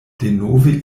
denove